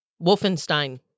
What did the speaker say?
wolfenstein